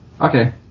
Okay